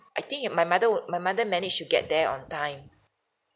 I think uh my mother wo~ my mother managed to get there on time